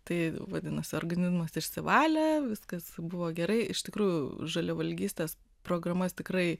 tai vadinasi organizmas išsivalė viskas buvo gerai iš tikrųjų žaliavalgystės programas tikrai